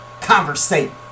conversate